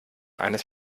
eines